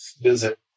visit